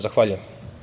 Zahvaljujem.